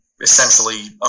essentially